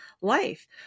life